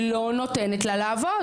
היא לא נותנת לה לעבוד.